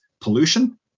pollution